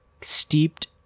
steeped